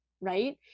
right